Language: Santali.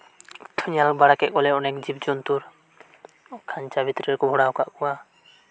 ᱧᱮᱞᱵᱟᱲᱟ ᱠᱮᱫ ᱠᱚᱣᱟᱞᱮ ᱟᱹᱰᱤ ᱞᱮᱠᱟᱱ ᱡᱤᱵ ᱡᱚᱱᱛᱩ ᱠᱷᱟᱧᱪᱟ ᱵᱷᱤᱛᱤᱨ ᱨᱮᱠᱩ ᱠᱷᱳᱲ ᱟᱠᱟᱫ ᱠᱚᱣᱟ